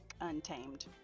Untamed